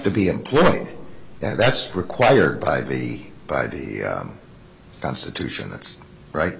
to be employed that's required by the by the constitution that's right